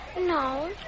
No